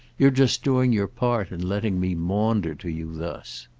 you're just doing your part in letting me maunder to you thus.